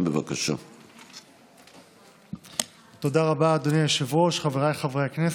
(יו"ר ועדת הכנסת):